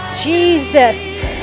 Jesus